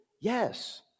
Yes